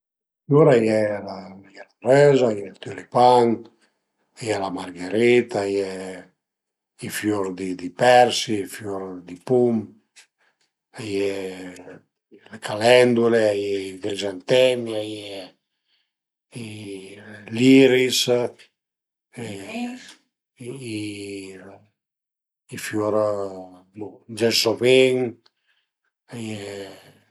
Fiur a ie la röza, a ie ël tülipan, a ie la margherita, a ie i fiur di persi, i fiur di pum, a ie le calendule, a ie i crizantemi, a ie l'iris, i fiur bo gelsomin, a ie